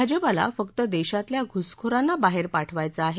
भाजपाला फक्त देशातल्या घुसखोरांना बाहेर पाठवायचं आहे